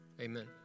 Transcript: amen